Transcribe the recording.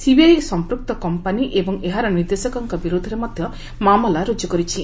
CBI ସମ୍ପୂକ୍ତ company ଏବଂ ଏହାର ନିର୍ଦ୍ଦେଶକଙ୍କ ବିରୋଧରେ ମଧ୍ୟ ମାମଲା ରୁଜ୍ଜ କରିଛି